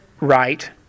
right